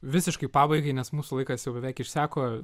visiškai pabaigai nes mūsų laikas jau beveik išseko